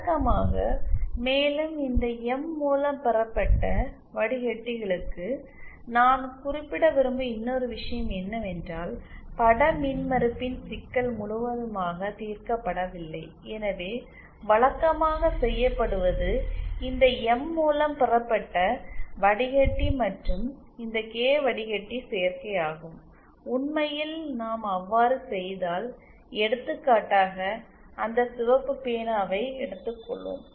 வழக்கமாக மேலும் இந்த எம் மூலம் பெறப்பட்ட வடிகட்டிகளுக்கு நான் குறிப்பிட விரும்பும் இன்னொரு விஷயம் என்னவென்றால் பட மின்மறுப்பின் சிக்கல் முழுவதுமாக தீர்க்கப்படவில்லை எனவே வழக்கமாக செய்யப்படுவது இந்த எம் மூலம் பெறப்பட்ட வடிகட்டி மற்றும் இந்த கே வடிகட்டி சேர்க்கை ஆகும் உண்மையில் நாம் அவ்வாறு செய்தால் எடுத்துக்காட்டாக அந்த சிவப்பு பேனாவை எடுத்துக்கொள்வோம்